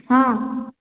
ହଁ